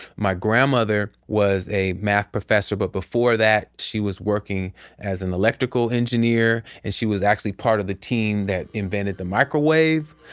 my grandmother was a math professor, but before that she was working as an electrical engineer and she was actually part of the team that invented the microwave.